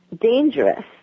dangerous